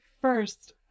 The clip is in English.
first